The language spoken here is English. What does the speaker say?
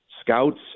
scouts